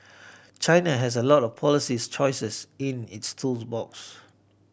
China has a lot of policies choices in its tool box